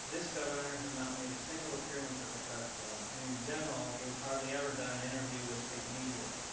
this governor has not made a single appearance at the press club and in general, he has hardly ever done an interview with state media.